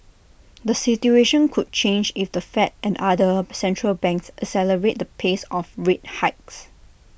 the situation could change if the fed and other obcentral banks accelerate the pace of rate hikes